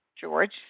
George